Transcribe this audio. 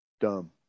Dumb